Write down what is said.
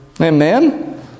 Amen